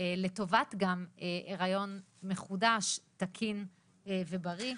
גם לטובת היריון מחודש, תקין ובריא.